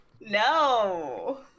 No